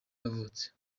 yavutse